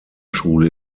schule